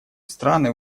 страны